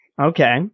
Okay